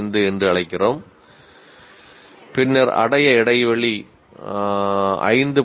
75 என்று அழைக்கிறோம் பின்னர் அடைய இடைவெளி 5